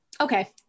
Okay